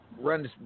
runs